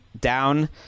down